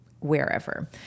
wherever